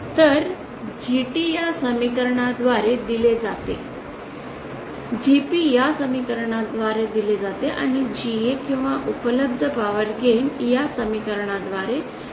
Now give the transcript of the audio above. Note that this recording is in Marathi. तर GT या समीकरण द्वारे दिले जाते GP या समीकरण द्वारे दिले जाते आणि GA किंवा उपलब्ध पॉवर गेन या समीकरण द्वारे दिले जाते